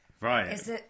Right